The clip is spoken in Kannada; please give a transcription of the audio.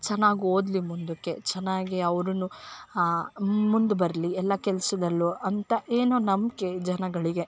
ಚೆನ್ನಾಗ್ ಓದಲಿ ಮುಂದಕ್ಕೆ ಚೆನ್ನಾಗಿ ಅವ್ರು ಮುಂದೆ ಬರಲಿ ಎಲ್ಲ ಕೆಲಸದಲ್ಲು ಅಂತ ಏನೋ ನಂಬಿಕೆ ಜನಗಳಿಗೆ